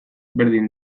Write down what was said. berdin